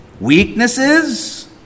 weaknesses